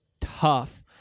tough